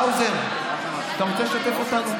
האוזר, אתה רוצה לשתף אותנו?